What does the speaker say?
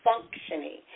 functioning